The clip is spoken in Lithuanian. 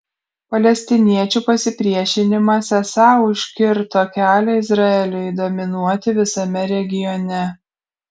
palestiniečių pasipriešinimas esą užkirto kelią izraeliui dominuoti visame regione